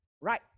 Right